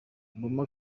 obama